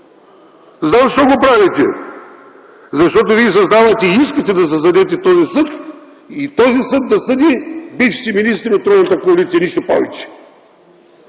Знам защо го правите – защото вие създавате и искате да създадете този съд, и този съд да съди бившите министри от тройната коалиция, нищо повече.